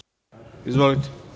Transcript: Izvolite.